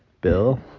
Bill